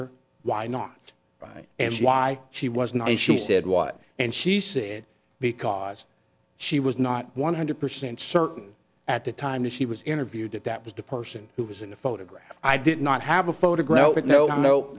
her why not right and why she was not she said what and she said because she was not one hundred percent certain at the time that she was interviewed that that was the person who was in the photograph i did not have a photograph with no